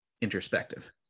introspective